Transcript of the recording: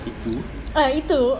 ah itu